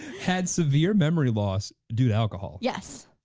had severe memory loss due to alcohol. yes,